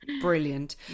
brilliant